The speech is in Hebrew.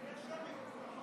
כן.